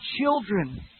children